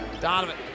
Donovan